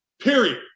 period